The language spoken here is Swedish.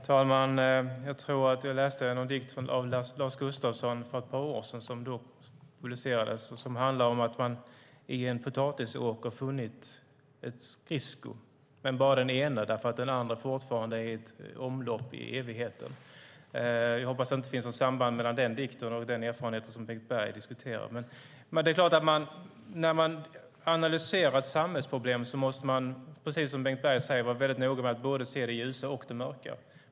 Herr talman! Jag läste för ett par år sedan en dikt av Lars Gustafsson som handlade om att man i en potatisåker funnit en skridsko - men bara den ena eftersom den andra fortfarande är i ett omlopp i evigheten. Jag hoppas att det inte finns något samband mellan den dikten och det som Bengt Berg förde fram. När man analyserar ett samhällsproblem måste man, precis som Bengt Berg säger, vara noga med att se både det ljusa och det mörka.